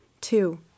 Two